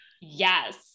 Yes